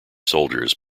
soldiers